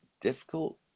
difficult